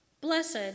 Blessed